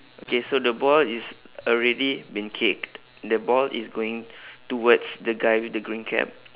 okay so the ball is already been kicked the ball is going towards the guy with the green cap